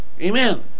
Amen